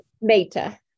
Meta